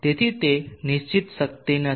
તેથી તે નિશ્ચિત શક્તિ નથી